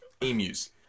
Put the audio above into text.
Emus